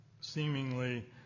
Seemingly